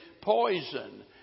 poison